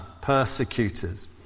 persecutors